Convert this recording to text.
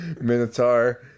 Minotaur